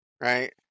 right